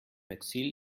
exil